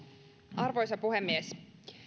arvoisa puhemies